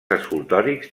escultòrics